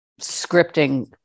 scripting